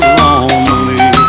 lonely